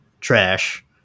trash